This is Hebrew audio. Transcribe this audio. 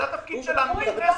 זה התפקיד שלנו בכנסת.